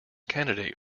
candidate